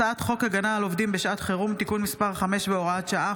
הצעת חוק הגנה על עובדים בשעת חירום (תיקון מס' 5 והוראת שעה,